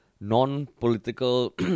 non-political